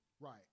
right